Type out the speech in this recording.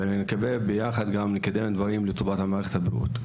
ואני מקווה ביחד לקדם דברים לטובת מערכת הבריאות.